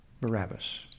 Barabbas